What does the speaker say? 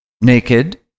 naked